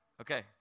Okay